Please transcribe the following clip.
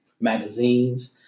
magazines